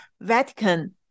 Vatican